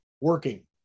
working